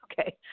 okay